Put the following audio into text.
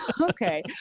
Okay